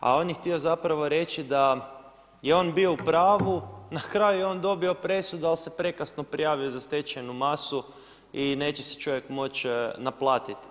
A on je htio zapravo reći, da je on bio u pravu, na kraju je on dobio presudu, ali se prekasno prijavio za stečajnu masu i neće se čovjek moći naplatiti.